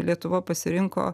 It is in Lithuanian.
lietuva pasirinko